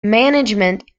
management